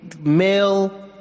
male